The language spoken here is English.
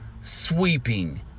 sweeping